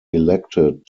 elected